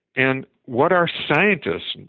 and what are scientists,